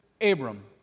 Abram